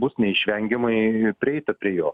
bus neišvengiamai prieita prie jo